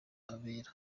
abera